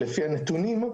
שלפי הנתונים,